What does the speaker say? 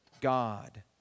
God